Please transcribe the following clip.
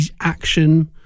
action